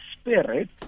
Spirit